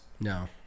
No